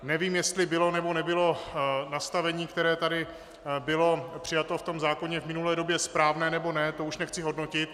Nevím, jestli bylo, nebo nebylo nastavení, které tady bylo přijato v zákoně v minulé době, správné, nebo ne, to už nechci hodnotit.